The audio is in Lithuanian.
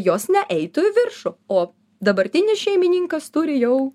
jos ne eitų į viršų o dabartinis šeimininkas turi jau